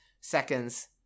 seconds